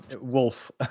Wolf